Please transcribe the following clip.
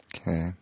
Okay